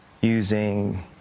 using